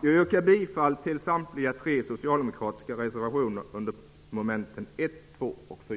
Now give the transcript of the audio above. Jag yrkar bifall till de socialdemokratiska reservationerna under mom. 1, 2 och 4.